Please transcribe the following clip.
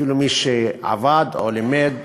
אפילו מי שעבד או לימד